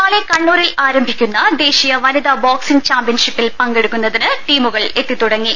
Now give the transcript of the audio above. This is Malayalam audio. നാളെ കണ്ണൂരിൽ ആരംഭിക്കുന്ന ദേശീയ വനിത ബോക്സിംഗ് ചാമ്പൃൻഷിപ്പിൽ പങ്കെടുക്കുന്നത്തിന് ടീമുകൾ എത്തിത്തുടങ്ങി